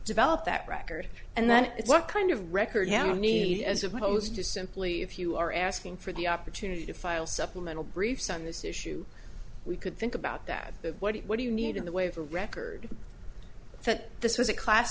developed that record and then what kind of record you need as opposed to simply if you are asking for the opportunity to file supplemental briefs on this issue we could think about that but what do you need in the way of a record that this was a class